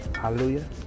hallelujah